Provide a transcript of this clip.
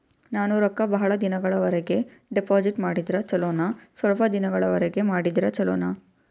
ನಾನು ರೊಕ್ಕ ಬಹಳ ದಿನಗಳವರೆಗೆ ಡಿಪಾಜಿಟ್ ಮಾಡಿದ್ರ ಚೊಲೋನ ಸ್ವಲ್ಪ ದಿನಗಳವರೆಗೆ ಮಾಡಿದ್ರಾ ಚೊಲೋನ?